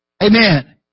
Amen